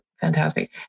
fantastic